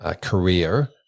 career